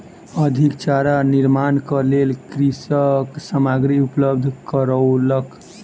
अधिक चारा निर्माणक लेल कृषक सामग्री उपलब्ध करौलक